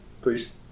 Please